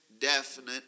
definite